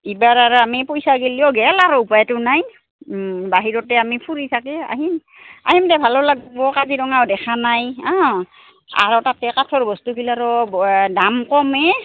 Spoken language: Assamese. ইবাৰ আৰু আমি পইচা গেলিও গেল আৰু উপায়টো নাই বাহিৰতে আমি ফুৰি থাকে আহিম আহিম দে ভালো লাগিব কাজিৰঙাও দেখা নাই অ আৰু তাতে কাঠৰ বস্তুবিলাৰো দাম কমেই